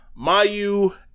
Mayu